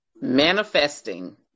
Manifesting